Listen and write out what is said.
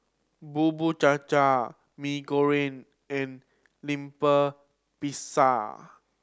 Bubur Cha Cha Mee Goreng and lemper pisa